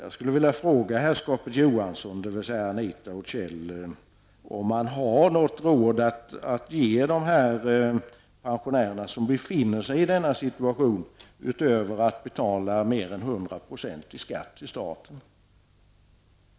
Anita och Kjell, om man har något råd att ge de pensionärer som befinner sig i denna situation, utöver att de skall betala mer än 100 % i skatt till staten.